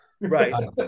right